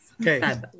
Okay